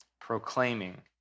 Proclaiming